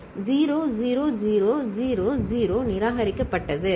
0 0 0 0 0 நிராகரிக்கப்பட்டது சரி